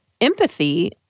empathy